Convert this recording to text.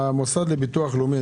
המוסד לביטוח לאומי,